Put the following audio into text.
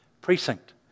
Precinct